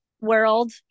world